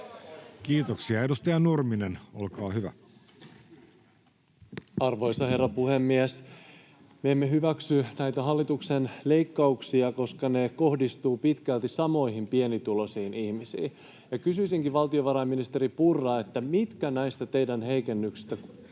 esityksistä Time: 15:57 Content: Arvoisa herra puhemies! Me emme hyväksy näitä hallituksen leikkauksia, koska ne kohdistuvat pitkälti samoihin pienituloisiin ihmisiin. Kysyisinkin, valtiovarainministeri Purra: mitkä näistä teidän heikennyksistänne